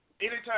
anytime